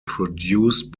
produced